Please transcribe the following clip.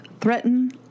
threaten